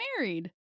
married